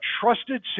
trusted